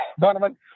donovan